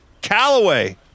Callaway